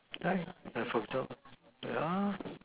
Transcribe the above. aye I'm from some ah ya